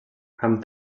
amb